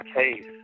case